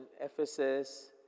Ephesus